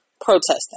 protesting